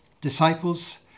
disciples